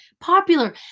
popular